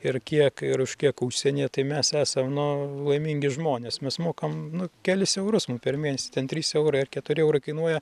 ir kiek ir už kiek užsienyje tai mes esam nu laimingi žmonės mes mokam nu kelis eurus mum per mėnesį ten trys eurai ar keturi eurai kainuoja